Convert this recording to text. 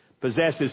possesses